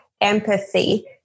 empathy